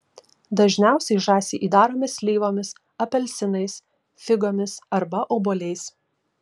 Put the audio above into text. dažniausiai žąsį įdarome slyvomis apelsinais figomis arba obuoliais